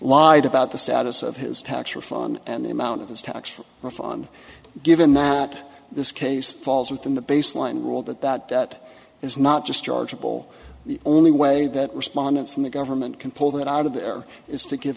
lied about the status of his tax refund and the amount of his tax refund given that this case falls within the baseline rule that that is not just chargeable the only way that respondents and the government can pull that out of there is to give